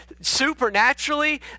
supernaturally